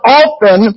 often